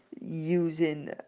using